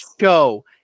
show